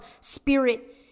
spirit